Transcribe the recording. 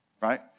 Right